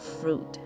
fruit